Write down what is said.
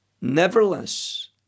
nevertheless